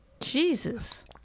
Jesus